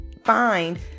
find